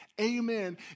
Amen